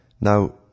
Now